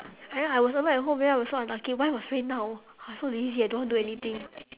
and then I was alone at home then I was so unlucky why must rain now I so lazy I don't want to do anything